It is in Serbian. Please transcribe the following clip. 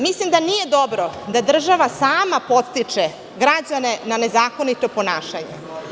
Mislim da nije dobro da država sama podstiče građane na nezakonito ponašanje.